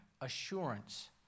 assurance